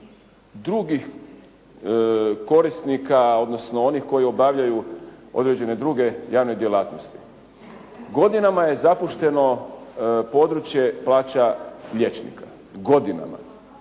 drugih korisnika, odnosno onih koji obavljaju određene druge javne djelatnosti? Godinama je zapušteno područje plaća liječnika. Godinama.